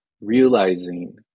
realizing